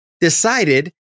decided